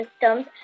systems